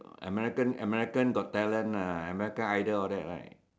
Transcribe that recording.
American American got talent American idol all that right